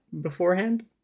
beforehand